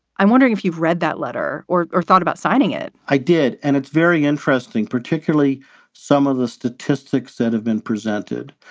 i'm wondering if you've read that letter. or or thought about signing it. i did and it's very interesting, particularly some of the statistics that have been presented.